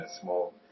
small